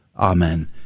Amen